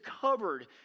covered